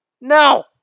No